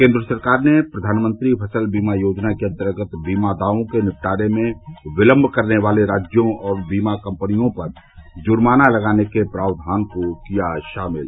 केन्द्र सरकार ने प्रधानमंत्री फसल बीमा योजना के अन्तर्गत बीमा दावों के निपटारे में पिलम्ब करने वाले राज्यों और बीमा कम्पनियों पर जुर्माना लगाने के प्रावधान को किया शामिल